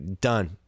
Done